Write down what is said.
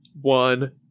one